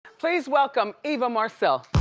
please welcome eva marcille.